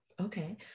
Okay